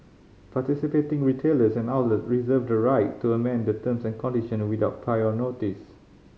participating retailers and outlet reserve the right to amend the terms and condition without prior notice